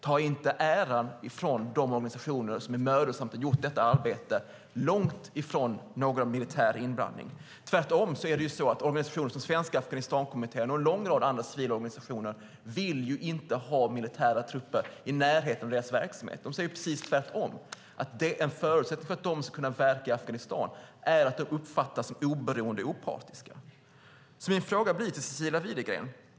Ta inte äran från de organisationer som mödosamt har gjort detta arbete långt ifrån någon militär inblandning. Tvärtom vill organisationer som Svenska Afghanistankommittén och en lång rad andra civila organisationer inte ha militära trupper i närheten av sina verksamheter. De säger precis tvärtom att en förutsättning för att de ska kunna verka i Afghanistan är att de uppfattas som oberoende och opartiska. Jag har en fråga till Cecilia Widegren.